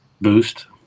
boost